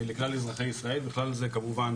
לכלל אזרחי ישראל, בכלל זה כמובן